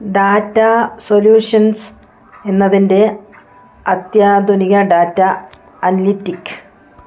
data solutions എന്നതിൻ്റെ അത്യാധുനിക data analytic